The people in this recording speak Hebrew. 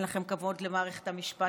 אין לכם כבוד למערכת המשפט.